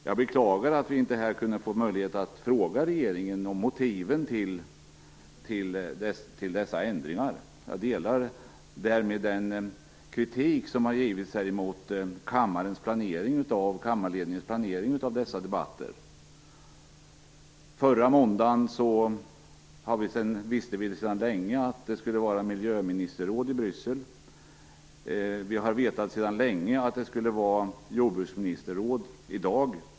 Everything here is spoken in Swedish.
Jag beklagar att vi här inte kunde ha fått möjlighet att fråga regeringen om motiven till dessa ändringar. Därmed delar jag den kritik som har framförts här mot kammarledningens planering av dessa debatter. Förra måndagen visste vi sedan länge att det skulle vara miljöministerråd i Bryssel. Vi har också sedan länge vetat att det skulle vara jordbruksministerrråd i dag.